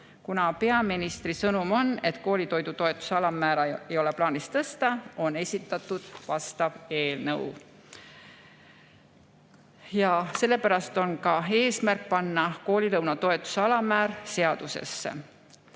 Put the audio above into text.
Kuna peaministri sõnum on, et koolitoidu toetuse alammäära ei ole plaanis tõsta, on esitatud vastav eelnõu. Sellepärast on ka eesmärk panna koolilõuna toetuse alammäär seadusesse.